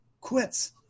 quits